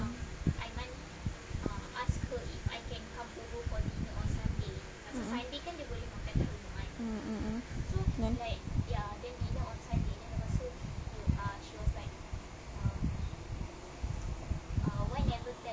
a'ah mm mm mm then